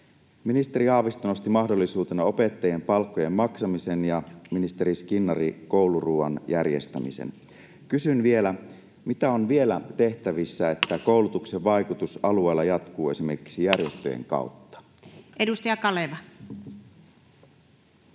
Ministeri Haavisto nosti mahdollisuutena opettajien palkkojen maksamisen ja ministeri Skinnari kouluruuan järjestämisen. Kysyn vielä: mitä on vielä tehtävissä, jotta koulutuksen vaikutus alueella jatkuu esimerkiksi järjestöjen kautta? [Speech